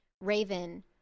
raven